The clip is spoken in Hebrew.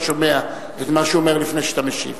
שומע את מה שהוא אומר לפני שאתה משיב.